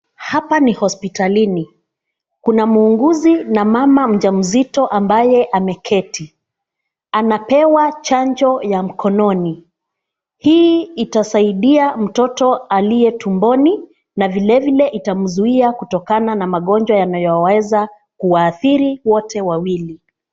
Hapa ni hospitalini kuna muuguzi na mama mjamzito ambaye ameketi anapewa chanjo ya mkononi. Hii itasaidia mtoto aliye tumboni na vile vile itamuzuia kutokana na magonjwa yanayoweza kuwaadhiri wote wawili.